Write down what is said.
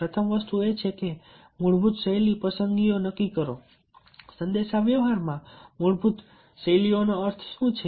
પ્રથમ વસ્તુ એ છે કે મૂળભૂત શૈલી પસંદગીઓ નક્કી કરો સંદેશાવ્યવહારમાં મૂળભૂત શૈલીનો અર્થ શું છે